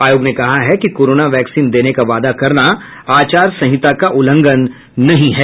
आयोग ने कहा है कि कोरोना वैक्सीन देने का वादा करना आचार सहिंता का उल्लंघन नहीं है